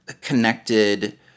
connected